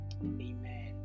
Amen